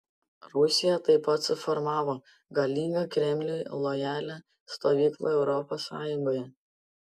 rusija taip pat suformavo galingą kremliui lojalią stovyklą europos sąjungoje